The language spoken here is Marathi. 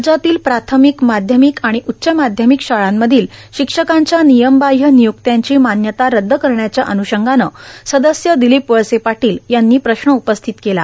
राज्यातील प्रार्थामक माध्यामक आर्गण उच्च माध्यामक शाळांमधील शिक्षकांच्या र्भनयमबाह्य र्भनय्कत्यांची मान्यता रद्द करण्याच्या अन्षंगानं सदस्य र्मादलीप वळसे पाटील यांनी प्रश्न उपस्थित केला